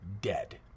dead